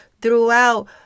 throughout